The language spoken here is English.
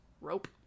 Rope